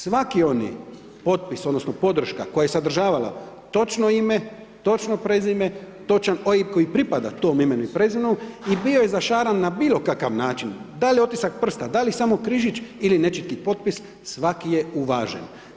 Svaki oni potpis odnosno, podrška koja je sadržavala točno ime, točno prezime, točan OIB koji pripada tom imenu i prez8iimenu i bio je zašaran na bilo kakav način, da li otisak prsta, da li samo križić ili nečitki potpis, svaki je uvažen.